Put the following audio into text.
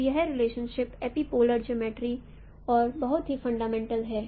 तो यह relationship epipolar geometry और बहुत ही फंडामेंटल है